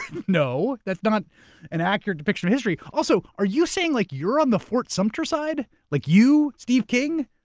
no. that's not an accurate depiction of history. also, are you saying like you're on the fort sumter side? like you, steve king,